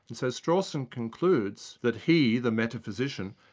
and so strawson concludes that he, the metaphysician,